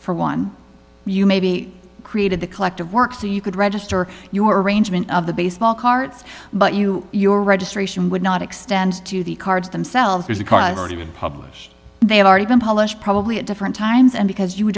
for one you maybe created the collective work so you could register your arrangement of the baseball cards but you your registration would not extend to the cards themselves because already public they have already been published probably at different times and because you